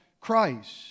Christ